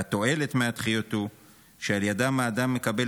והתועלת מהדחיות היא שעל ידם האדם מקבל